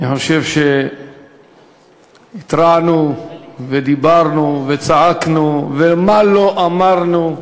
אני חושב שהתרענו ודיברנו וצעקנו ומה לא אמרנו,